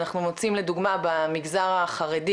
אנחנו מוצאים לדוגמא במגזר החרדי,